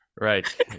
right